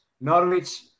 Norwich